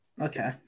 Okay